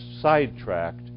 sidetracked